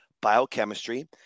biochemistry